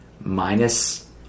minus